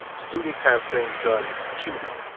students have things done to them.